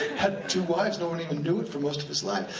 had two wives, no one even knew it for most of his life.